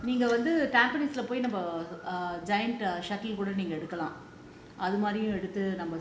ஒரு மாதிரி நீங்க கூட எடுக்கலாம்:oru mathiri neenga kuda edukalaam